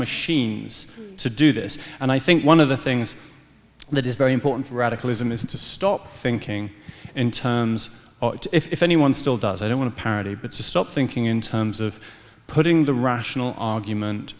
machines to do this and i think one of the things that is very important radicalism is to stop thinking in terms of if anyone still does i don't want to parity but still thinking in terms of putting the rational argument